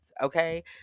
okay